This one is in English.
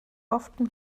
often